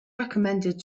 recommended